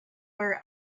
were